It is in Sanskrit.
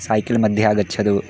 सायिकल् मध्ये आगच्छतु